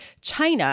China